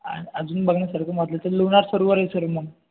आ अजून बघण्यासारखं म्हटलं तर लोणार सरोवर आहे सर मग